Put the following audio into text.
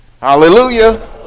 Hallelujah